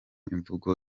imvugo